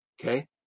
Okay